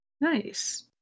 Nice